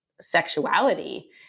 sexuality